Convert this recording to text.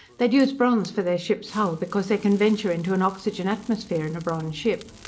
they'd use bronze for their ship's hull because they can venture into an oxygen atmosphere in a bronze ship.